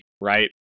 right